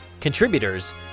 contributors